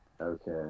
Okay